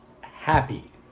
happy